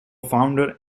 founder